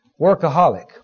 workaholic